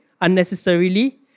unnecessarily